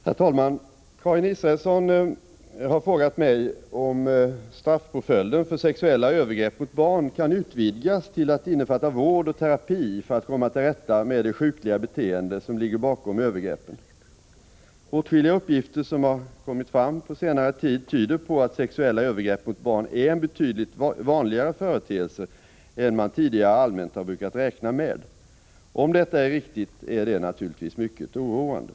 Herr talman! Karin Israelsson har frågat mig om straffpåföljden för sexuella övergrepp mot barn kan utvidgas till att innefatta vård och terapi för att komma till rätta med det sjukliga beteende som ligger bakom övergreppen. Åtskilliga uppgifter som har kommit fram på senare tid tyder på att sexuella övergrepp mot barn är en betydligt vanligare företeelse än man tidigare allmänt har brukat räkna med. Om detta är riktigt, är det naturligtvis Nr 94 mycket oroande.